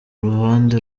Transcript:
ruhande